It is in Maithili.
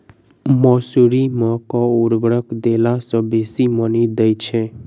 मसूरी मे केँ उर्वरक देला सऽ बेसी मॉनी दइ छै?